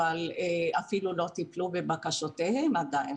אפילו לא טיפלו בבקשותיהם עדיין,